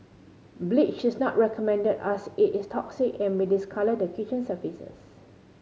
bleach is not recommended as it is toxic and may discolour the kitchen surfaces